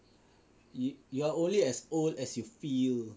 you you're only as old as you feel